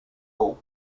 soul